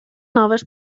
noves